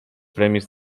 premis